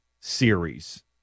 Series